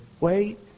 wait